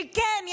שכן,